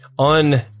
on